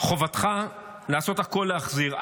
חובתך לעשות הכול להחזיר.